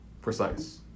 precise